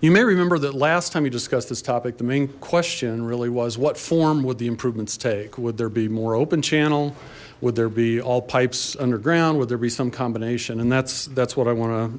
you may remember that last time you discussed this topic the main question really was what form would the improvements take would there be more open channel would there be all pipes underground would there be some combination and that's that's what i want to